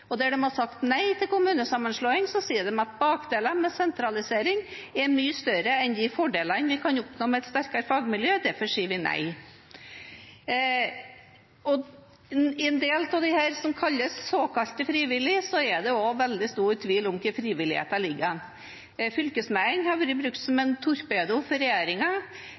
tyngst? Der man har sagt nei til kommunesammenslåing, sier de at ulempene med sentralisering er mye større enn de fordelene man kan oppnå med et sterkere fagmiljø, og derfor sier de nei. I en del av dem som er såkalt frivillige, er det veldig stor tvil om hvor frivilligheten ligger. Fylkesmennene har blitt brukt som en torpedo for